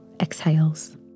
exhales